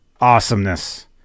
awesomeness